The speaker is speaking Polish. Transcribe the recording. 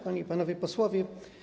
Panie i Panowie Posłowie!